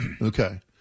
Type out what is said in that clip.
Okay